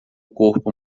corpo